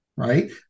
Right